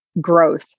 growth